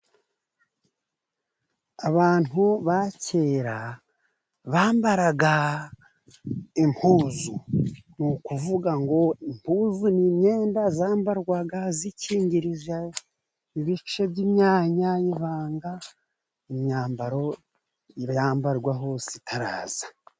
Abantu ba kera bambaraga impuzu. Ni ukuvuga ngo impuzu ni imyenda yambarwaga ikingirije ibice by'imyanya y'ibanga, imyambaro yambarwa hose itaraza.